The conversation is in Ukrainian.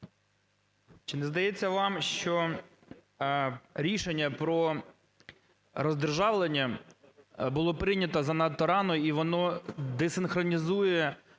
Чи не здається вам, що рішення про роздержавлення було прийнято занадто рано, і воно десинхронізує